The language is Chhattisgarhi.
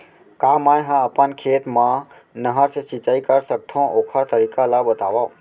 का मै ह अपन खेत मा नहर से सिंचाई कर सकथो, ओखर तरीका ला बतावव?